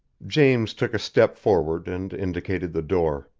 james took a step forward and indicated the door.